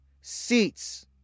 seats